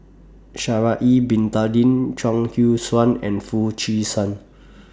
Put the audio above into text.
Sha'Ari Bin Tadin Chuang Hui Tsuan and Foo Chee San